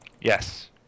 yes